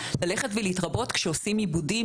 ללכת ולהתרבות כשעושים עיבודים,